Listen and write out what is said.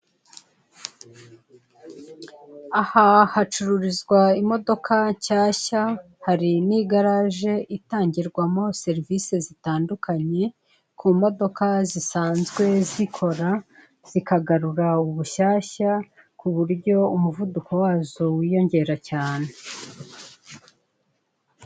Aha hacururizwa imodoka nshyashya, hari n'igaraje itangirwamo serivisi zitandukanye ku modoka zisanzwe zikora, zikagarura ubushyashya ku buryo umuvuduko wazo wiyongera cyane.